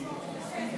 לרשותך עשר דקות.